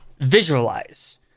visualize